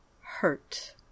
hurt